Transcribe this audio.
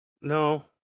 No